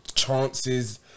chances